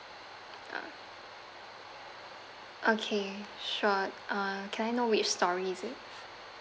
uh okay sure uh can I know which storey is it